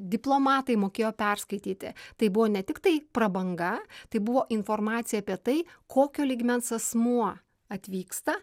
diplomatai mokėjo perskaityti tai buvo ne tiktai prabanga tai buvo informacija apie tai kokio lygmens asmuo atvyksta